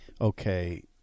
Okay